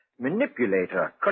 manipulator